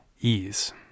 ease